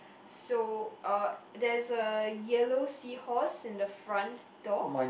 so uh there's a yellow seahorse in the front door